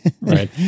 Right